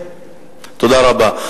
תודה רבה.